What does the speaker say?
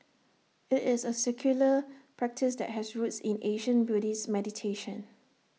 IT is A secular practice that has roots in ancient Buddhist meditation